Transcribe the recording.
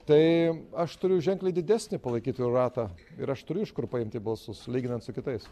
tai aš turiu ženkliai didesnį palaikytojų ratą ir aš turiu iš kur paimti balsus lyginant su kitais